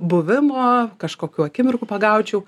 buvimo kažkokių akimirkų pagaučiau